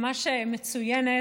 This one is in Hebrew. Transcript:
ממש מצוינת.